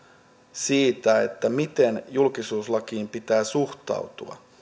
siitä miten julkisuuslakiin pitää suhtautua